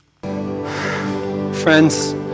friends